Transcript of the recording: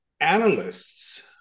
analysts